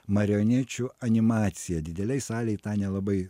marionečių animacija didelėj salėj tą nelabai